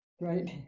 Right